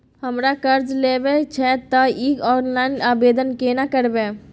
हमरा कर्ज लेबा छै त इ ऑनलाइन आवेदन केना करबै?